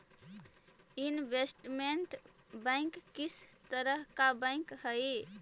investment bank किस तरह का बैंक हई